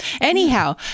Anyhow